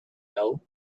know